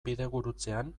bidegurutzean